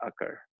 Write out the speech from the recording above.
occur